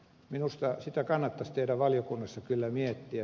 minusta sitä kannattaisi teidän valiokunnassa kyllä miettiä